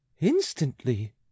instantly